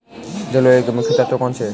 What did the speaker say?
जलवायु के मुख्य तत्व कौनसे हैं?